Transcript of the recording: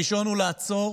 הראשון הוא לעצור